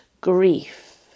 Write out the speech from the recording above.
grief